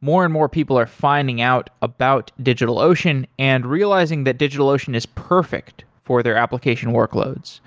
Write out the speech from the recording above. more and more people are finding out about digitalocean and realizing that digitalocean is perfect for their application workloads